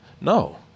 No